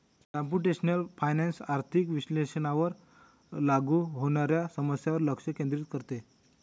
computational finance आर्थिक विश्लेषणावर लागू होणाऱ्या समस्यांवर लक्ष केंद्रित करते